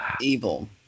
evil